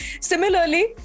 Similarly